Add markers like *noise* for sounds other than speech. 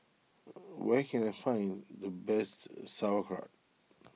*noise* where can I find the best Sauerkraut